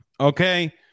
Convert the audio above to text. Okay